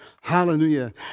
Hallelujah